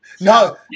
no